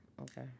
Okay